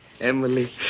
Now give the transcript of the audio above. Emily